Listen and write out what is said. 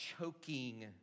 choking